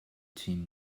team